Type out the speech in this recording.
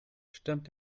stürmt